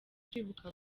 twibuka